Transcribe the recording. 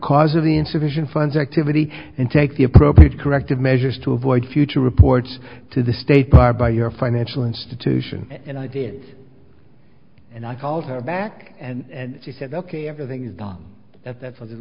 cause of the insufficient funds activity and take the appropriate corrective measures to avoid future reports to the state bar by your financial institution and i did and i called her back and she said ok everything is done that that's what